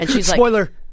Spoiler